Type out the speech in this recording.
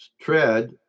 tread